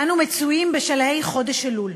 אנו מצויים בשלהי חודש אלול,